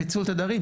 של פיצול תדרים.